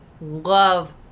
love